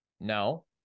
No